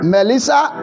Melissa